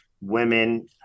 women